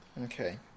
Okay